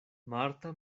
marta